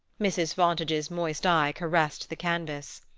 mrs. fontage's moist eye caressed the canvas.